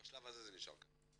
ובשלב הזה זה נשאר כך.